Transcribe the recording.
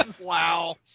Wow